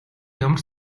ямар